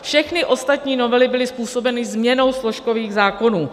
Všechny ostatní novely byly způsobeny změnou složkových zákonů.